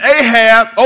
Ahab